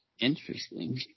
Interesting